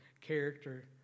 character